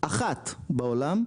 אחת בעולם,